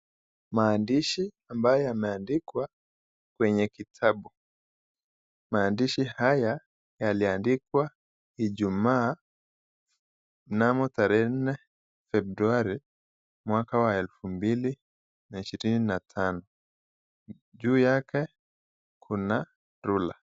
Maandishi ambayo yameandikwa kwenye kitabu, maadishi haya yaliandikwa Ijumaa mnamo tarehe nne Februari, mwaka wa elfu mbili na ishirini na tano, juu yake kuna rula.